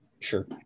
Sure